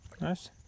nice